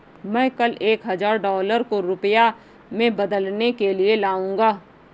मैं कल एक हजार डॉलर को रुपया में बदलने के लिए जाऊंगा